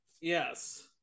Yes